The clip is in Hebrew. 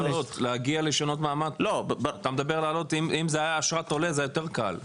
אם זה היה אשרת עולה זה היה יותר קל.